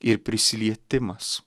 ir prisilietimas